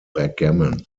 backgammon